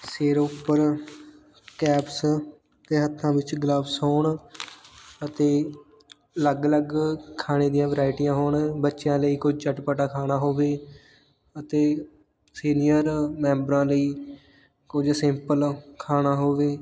ਸਿਰ ਉੱਪਰ ਕੈਪਸ ਅਤੇ ਹੱਥਾਂ ਵਿੱਚ ਗਲੱਬਸ ਹੋਣ ਅਤੇ ਅਲੱਗ ਅਲੱਗ ਖਾਣੇ ਦੀਆਂ ਵਰਾਇਟੀਆਂ ਹੋਣ ਬੱਚਿਆਂ ਲਈ ਕੋਈ ਚਟਪਟਾ ਖਾਣਾ ਹੋਵੇ ਅਤੇ ਸੀਨੀਅਰ ਮੈਂਬਰਾਂ ਲਈ ਕੁਝ ਸਿੰਪਲ ਖਾਣਾ ਹੋਵੇ